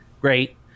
Great